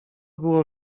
było